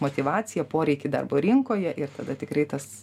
motyvaciją poreikį darbo rinkoje ir tada tikrai tas